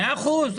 מאה אחוז.